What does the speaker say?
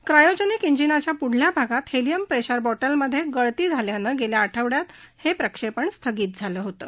cryogenic इंजिनाच्या प्ढल्या भागात हेलियम प्रेशर बॉटलमध्ये गळती झाल्यानं गेल्या आठवड्यात हे प्रक्षेपण स्थगित झालं होतं